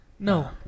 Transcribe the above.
No